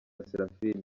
seraphine